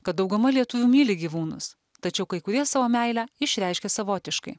kad dauguma lietuvių myli gyvūnus tačiau kai kurie savo meilę išreiškia savotiškai